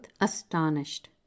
astonished